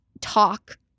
talk